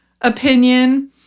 opinion